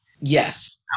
Yes